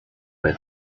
bei